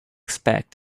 expect